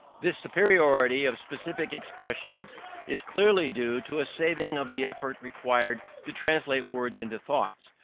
this superiority of specific expressions is clearly due to a saving of the effort required to translate words into thoughts.